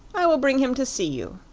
i will bring him to see you,